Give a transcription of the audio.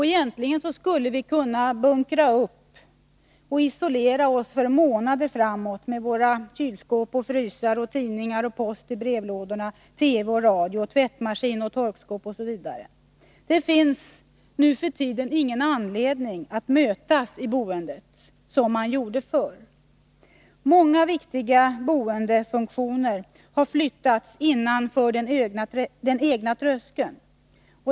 Egentligen skulle vi kunna bunkra upp och isolera oss för månader framåt med våra kylskåp och frysar, tidningar och post i brevlådorna, TV och radio, tvättmaskin och torkskåp, osv. Det finns nu för tiden ingen anledning att mötas i boendet, som man gjorde förr. Många viktiga boendefunktioner har flyttats innanför den egna tröskeln.